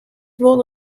wol